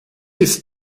ist